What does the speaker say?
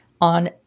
on